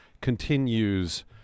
continues